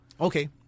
Okay